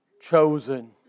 chosen